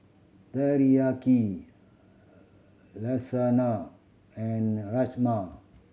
Teriyaki Lasagna and Rajma